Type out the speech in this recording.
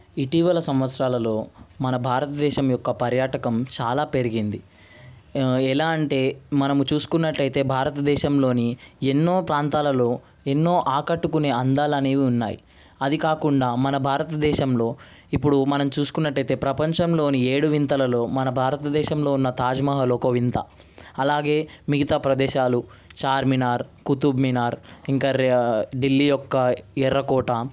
ఇటీవల సంవత్సరాలలో మన భారతదేశం యొక్క పర్యాటకం చాలా పెరిగింది ఎలా అంటే మనము చూసుకున్నట్లయితే భారతదేశంలోని ఎన్నో ప్రాంతాలలో ఎన్నో ఆకట్టుకునే అందాలు అనేవి ఉన్నాయి అది కాకుండా మన భారతదేశంలో ఇప్పుడు మనం చూసుకున్నట్లయితే ప్రపంచంలోని ఏడు వింతలలో మన భారతదేశంలో ఉన్న తాజ్మహల్ ఒక వింత అలాగే మిగతా ప్రదేశాలు చార్మినార్ కుతుబ్మినార్ ఇంకా రే ఢిల్లీ యొక్క ఎర్రకోట